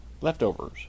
leftovers